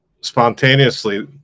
spontaneously